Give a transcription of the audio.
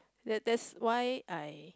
that that's why I